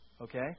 Okay